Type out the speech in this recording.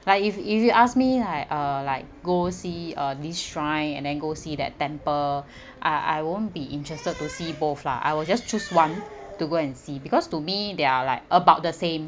like if if you ask me like uh like go see uh this shrine and then go see that temple I I won't be interested to see both lah I will just choose one to go and see because to me they're like about the same